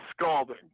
scalding